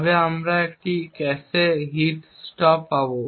তবে আমরা একটি ক্যাশে হিট স্টপ পাব